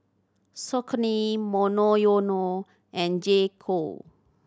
Saucony Monoyono and J Co